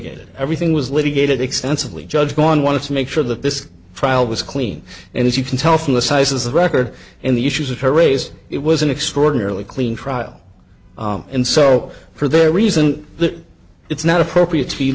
d everything was litigated extensively judge gone wanted to make sure that this trial was clean and as you can tell from the sizes the record and the issues of her raise it was an extraordinarily clean trial and so for there reason that it's not appropriate to be